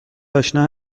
آشنا